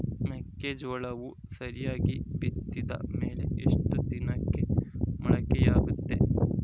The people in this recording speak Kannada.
ಮೆಕ್ಕೆಜೋಳವು ಸರಿಯಾಗಿ ಬಿತ್ತಿದ ಮೇಲೆ ಎಷ್ಟು ದಿನಕ್ಕೆ ಮೊಳಕೆಯಾಗುತ್ತೆ?